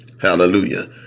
Hallelujah